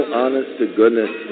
honest-to-goodness